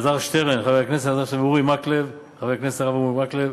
חבר הכנסת אלעזר שטרן וחבר הכנסת הרב אורי מקלב,